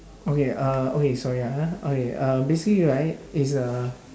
okay uh okay sorry ah okay uh basically right is a